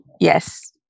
Yes